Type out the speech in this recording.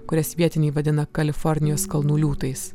kurias vietiniai vadina kalifornijos kalnų liūtais